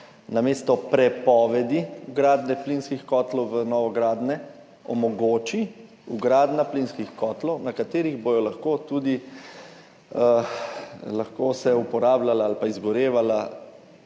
namesto prepovedi vgradnje plinskih kotlov v novogradnje omogoči vgradnja plinskih kotlov, v katerih se bodo lahko uporabljala ali pa izgorevala